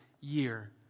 year